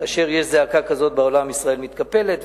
כאשר יש זעקה כזאת בעולם ישראל מתקפלת.